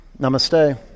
namaste